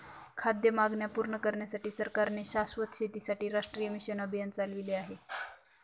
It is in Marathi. खाद्य मागण्या पूर्ण करण्यासाठी सरकारने शाश्वत शेतीसाठी राष्ट्रीय मिशन अभियान चालविले आहे